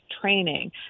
training